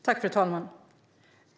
Fru talman!